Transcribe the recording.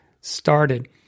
started